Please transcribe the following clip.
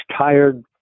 tired